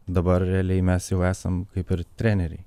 dabar realiai mes jau esam kaip ir treneriai